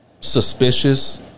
suspicious